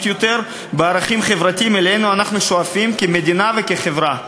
יותר בערכים חברתיים שאנחנו שואפים אליהם כמדינה וכחברה.